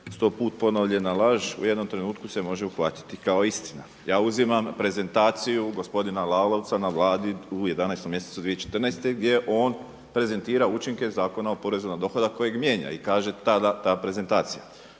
sto put ponovljena laž u jednom trenutku se može uhvatiti kao istina. Ja uzimam prezentaciju gospodina Lalovca na Vladi u 11 mjesecu 2014. gdje on prezentira učinke Zakona o porezu na dohodak kojeg mijenja i kaže tada ta prezentacija.